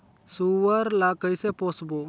सुअर ला कइसे पोसबो?